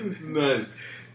nice